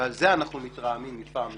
ועל זה אנחנו מתרעמים מפעם לפעם,